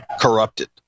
corrupted